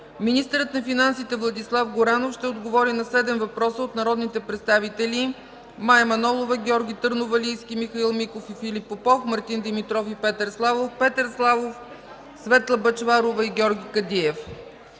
Министърът на финансите Владислав Горанов ще отговори на 7 въпроса от народните представители Мая Манолова, Георги Търновалийски, Михаил Миков и Филип Попов, Мартин Димитров и Петър Славов, Петър Славов, Светла Бъчварова, и Георги Кадиев.